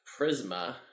Prisma